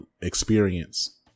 experience